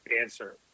answer